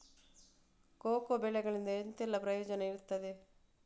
Cocoa ಬೆಳೆಗಳಿಂದ ಎಂತೆಲ್ಲ ಪ್ರಯೋಜನ ಇರ್ತದೆ?